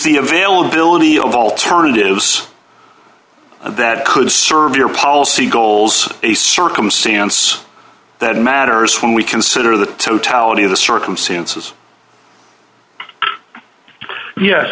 the availability of alternatives that could serve your policy goals a circumstance that matters when we consider the totality of the circumstances yes